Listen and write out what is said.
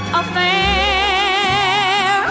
affair